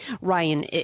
Ryan